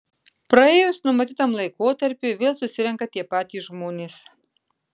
praėjus numatytam laikotarpiui vėl susirenka tie patys žmonės